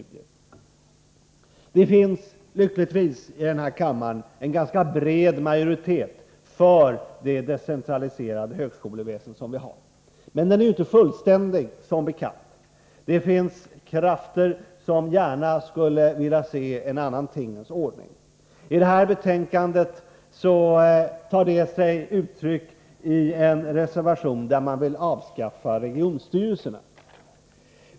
I denna kammare finns lyckligtvis en ganska bred majoritet för det decentraliserade högskoleväsende som vi har, men enigheten är som bekant inte fullständig. Det finns krafter som gärna skulle vilja se en annan tingens ordning. I det aktuella betänkandet tar sig detta uttryck i en reservation som vill avskaffa regionstyrelserna.